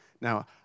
Now